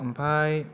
आमफाय